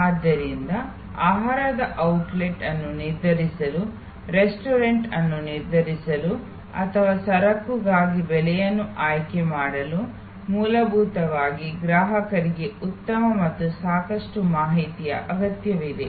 ಆದ್ದರಿಂದ ಆಹಾರದ ಔಟ್ಲೆಟ್ ಅನ್ನು ನಿರ್ಧರಿಸಲು ರೆಸ್ಟೋರೆಂಟ್ ಅನ್ನು ನಿರ್ಧರಿಸಲು ಅಥವಾ ಸರಕುಗಾಗಿ ಬೆಲೆಯನ್ನು ಆಯ್ಕೆ ಮಾಡಲು ಮೂಲಭೂತವಾಗಿ ಗ್ರಾಹಕರಿಗೆ ಉತ್ತಮ ಮತ್ತು ಸಾಕಷ್ಟು ಮಾಹಿತಿಯ ಅಗತ್ಯವಿದೆ